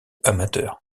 amateur